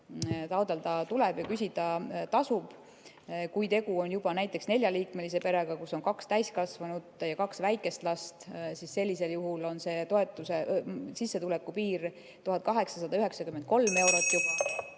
taotleda tuleb ja küsida tasub. Kui tegu on juba näiteks neljaliikmelise perega, kus on kaks täiskasvanut ja kaks väikest last, siis sellisel juhul on sissetuleku piir 1893 eurot.